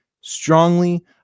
strongly